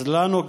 אז אלינו,